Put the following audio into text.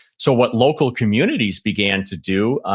so what local communities began to do,